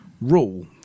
rule